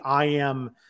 IAM